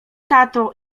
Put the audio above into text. tato